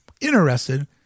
interested